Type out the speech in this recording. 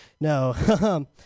No